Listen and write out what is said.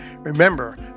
Remember